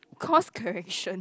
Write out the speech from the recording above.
course correction